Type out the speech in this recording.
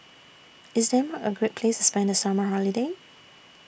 IS Denmark A Great Place to spend The Summer Holiday